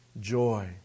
joy